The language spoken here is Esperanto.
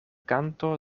kanto